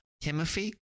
Timothy